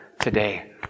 today